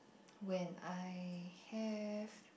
when I have